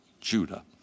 Judah